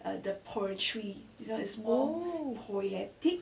oh